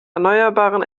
erneuerbaren